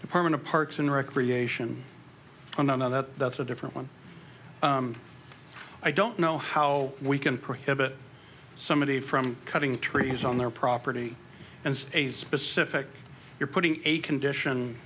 department of parks and recreation i don't know that that's a different one i don't know how we can prohibit somebody from cutting trees on their property and it's a specific you're putting a condition